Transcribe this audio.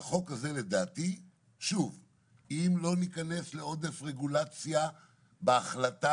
בחוק הזה צריך גם שלא ניכנס לעודף רגולציה על השאלה